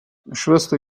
schwester